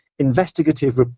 investigative